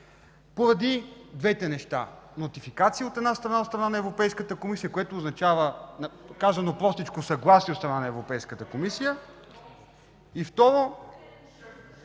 поради двете неща – нотификация, от една страна, от страна на Европейската комисия, което означава, казано простичко, съгласие от страна на Европейската комисия, и, второ,